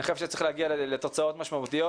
אני חושב שצריך להגיע לתוצאות משמעותיות